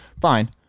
Fine